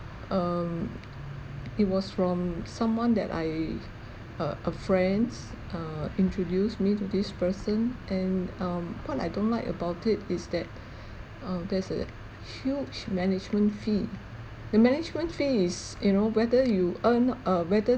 um it was from someone that I uh a friends uh introduce me to this person and um what I don't like about it is that uh there's a huge management fee the management fee is you know whether you earn uh whether